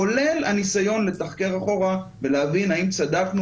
כולל הניסיון לתחקר אחורה ולהבין האם צדקנו